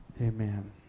Amen